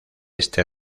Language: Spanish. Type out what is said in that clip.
este